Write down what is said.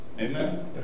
Amen